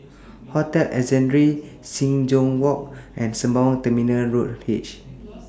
Hotel Ascendere Sing Joo Walk and Sembawang Terminal Road H